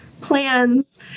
plans